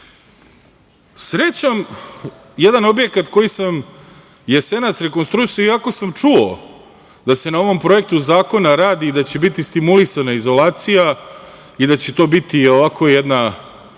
jednostavnije. Jedan objekat koji sam jesenas rekonstruisao, iako sam čuo da se na ovom projektu zakona radi i da će biti stimulisana izolacija i da će to biti jedna